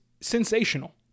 sensational